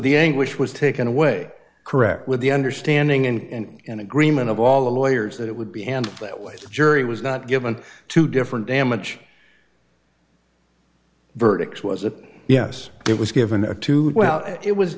the anguish was taken away correct with the understanding and in agreement of all a lawyer is that it would be and that way the jury was not given two different damage verdict was it yes it was given to well it was